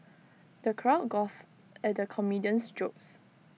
the crowd guffawed at the comedian's jokes